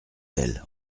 elle